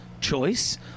choice